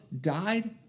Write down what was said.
died